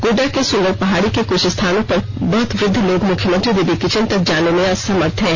गोड्डा के सुंदर पहाड़ी के कुछ स्थानों पर बहुत वृद्ध लोग मुख्यमंत्री दीदी किचन तक जाने में असमर्थ थे